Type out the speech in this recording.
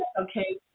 okay